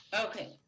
Okay